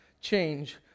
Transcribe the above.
change